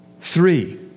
Three